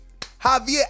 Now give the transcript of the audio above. javier